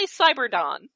Cyberdon